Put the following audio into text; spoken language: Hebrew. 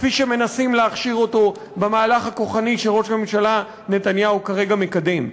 כפי שמנסים להכשיר אותו במהלך הכוחני שראש הממשלה נתניהו כרגע מקדם.